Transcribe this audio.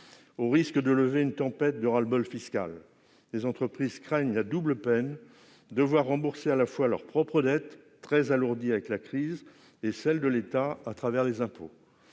au risque de lever une tempête de ras-le-bol fiscal ? Les entreprises craignent la double peine : devoir rembourser à la fois leurs propres dettes, très alourdies par la crise, et celle de l'État les impôts